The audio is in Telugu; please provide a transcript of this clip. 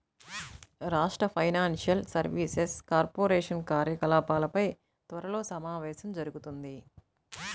రాష్ట్ర ఫైనాన్షియల్ సర్వీసెస్ కార్పొరేషన్ కార్యకలాపాలపై త్వరలో సమావేశం జరుగుతుంది